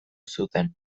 zuten